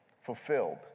fulfilled